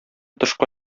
тышка